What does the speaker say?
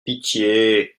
pitié